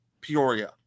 Peoria